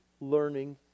learning